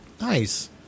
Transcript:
Nice